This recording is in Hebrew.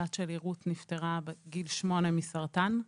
הבת שלי רות נפטרה בגיל שמונה מסרטן.